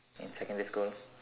in secondary school